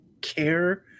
care